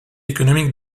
économique